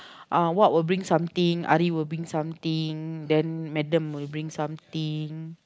ah what will bring something Ari will bring something then madam will bring something